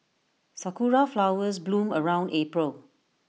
Sakura Flowers bloom around April